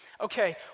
okay